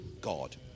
God